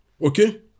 Okay